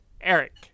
Eric